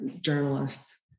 journalists